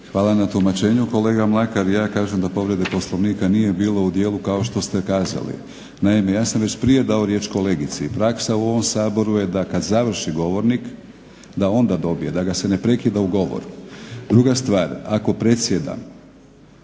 Hvala na tumačenju kolega Mlakar. Ja kažem da povreda Poslovnika nije bila u dijelu kao što ste kazali. Naime, ja sam već prije dao riječ kolegici i praksa u ovom Saboru je da kada završi govornik da onda dobije da ga se ne prekida u govoru. Druga stvar ako predsjedam